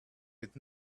with